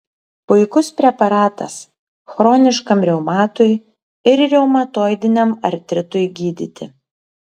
puikus preparatas chroniškam reumatui ir reumatoidiniam artritui gydyti